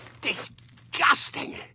Disgusting